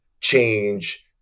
change